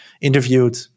interviewed